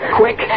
quick